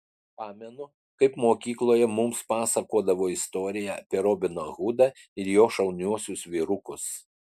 pamenu kaip mokykloje mums pasakodavo istoriją apie robiną hudą ir jo šauniuosius vyrukus